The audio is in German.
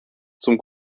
zum